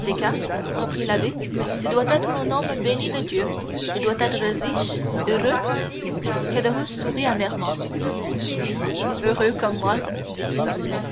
reprit l'abbé ce doit être un homme béni de dieu il doit être riche heureux caderousse sourit amèrement oui heureux comme moi